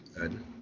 good